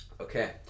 Okay